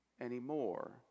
anymore